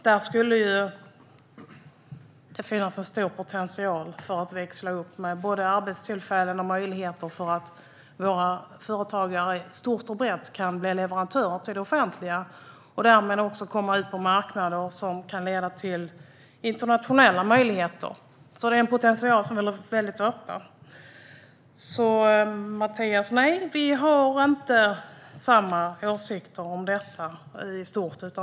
Där borde det finnas en stor potential för att växla upp med arbetstillfällen och möjligheter för att företagare kan bli leverantörer till det offentliga och därmed komma ut på marknader som kan leda till internationella möjligheter. Där finns det alltså en potential. Nej, Mattias, vi har inte samma åsikter om detta.